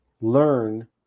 learn